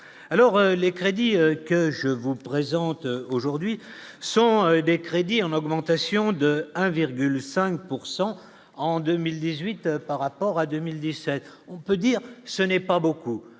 alors les crédits que je vous présente aujourd'hui sont des crédits en augmentation de 1,5 pourcent en 2018 par rapport à 2017 on peut dire, ce n'est pas beaucoup,